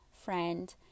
friend